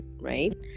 right